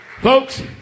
Folks